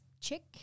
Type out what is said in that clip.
chick